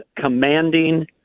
commanding